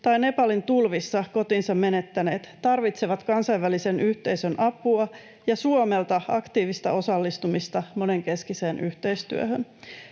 tai Nepalin tulvissa kotinsa menettäneet tarvitsevat kansainvälisen yhteisön apua ja Suomelta aktiivista osallistumista monenkeskiseen yhteistyöhön.